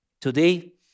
Today